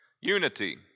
Unity